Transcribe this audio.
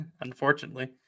Unfortunately